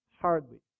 hardly